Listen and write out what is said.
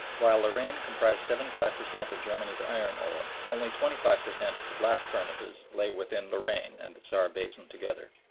while lorraine comprised seventy five per cent of germany's iron-ore, only twenty five per cent of the blast furnaces lay within lorraine and the saar basin together,